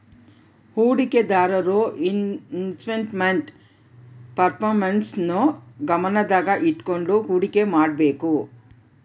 ಹೂಡಿಕೆದಾರರು investment performance ನ್ನು ಗಮನದಾಗ ಇಟ್ಕಂಡು ಹುಡಿಕೆ ಮಾಡ್ಬೇಕು